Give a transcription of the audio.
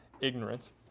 ignorance